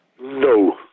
No